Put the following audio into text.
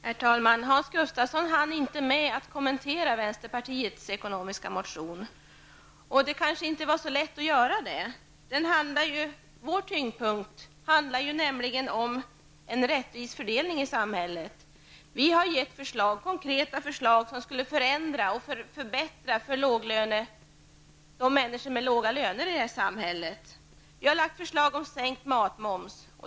Herr talman! Hans Gustafsson hann inte med att kommentera vänsterpartiets ekonomiska motion. Det kanske inte är så lätt att kommentera den. Tyngdpunkten i motionen ligger nämligen på en rättvis fördelning i samhället. Vi har gett konkreta förslag som skulle förändra och förbättra för människor i samhället med låga inkomster. Vi har lagt fram förslag om sänkt matmoms.